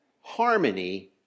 harmony